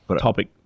topic